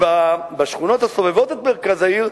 ובשכונות הסובבות את מרכז העיר,